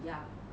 ya